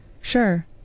Sure